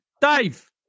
Dave